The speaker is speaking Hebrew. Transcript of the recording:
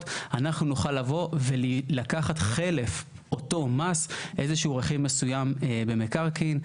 אנחנו נוכל לבוא ולקחת חלף אותו מס איזה שהוא רכיב מסוים במקרקעין.